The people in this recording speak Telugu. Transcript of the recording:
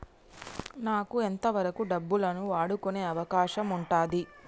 నాకు ఎంత వరకు డబ్బులను వాడుకునే అవకాశం ఉంటది?